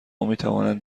میتوانند